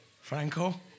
Franco